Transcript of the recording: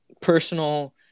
personal